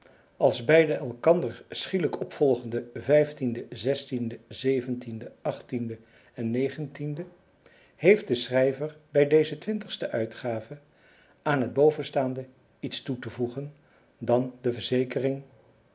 als bij de elkander schielijk opgevolgde de de en de heeft de schrijver bij deze ste uitgave aan het bovenstaande iets toe te voegen dan de verzekering